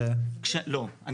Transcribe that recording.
ותומר,